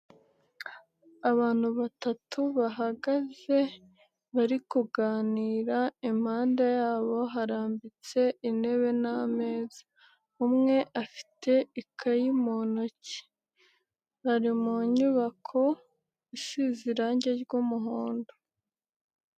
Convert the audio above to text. Abantu batatu bahagaze bari kuganira impande yabo harambitse intebe n'ameza, umwe afite ikayi mu ntoki bari mu nyubako isize irange ry'umuhondo.